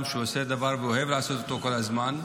שעושה דבר והוא אוהב לעשות אותו כל הזמן,